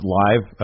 live